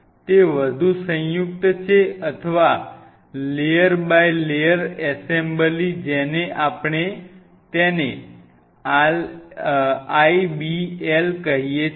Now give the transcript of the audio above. તે વધુ સંયુક્ત છે અથવા લેયર બાય લેયર એસેમ્બલી જેમ આપણે તેને lbl કહીએ છીએ